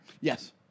Yes